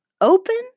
open